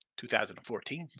2014